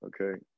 Okay